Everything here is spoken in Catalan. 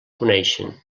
coneixen